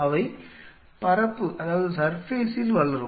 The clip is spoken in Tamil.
அவை பரப்பில் வளரும்